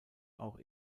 auch